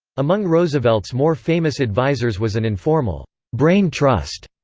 among roosevelt's more famous advisers was an informal brain trust,